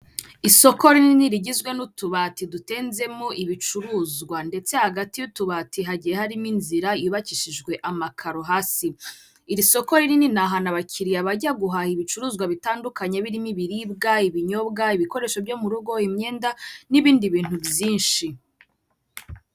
Isoko rinini rigizwe n'utubati dutenzemo ibicuruzwa ndetse hagati y'utubati hagiye harimo inzira yubakishijwe amakaro hasi, iri soko rini ni ahantu abakiriya bajya guhaha ibicuruzwa bitandukanye birimo ibiribwa ibinyobwa ibikoresho byo mu rugo imyenda n'ibindi bintu byinshi.